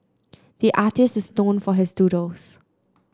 the artist is known for his doodles